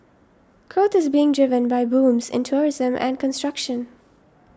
growth is being driven by booms in tourism and construction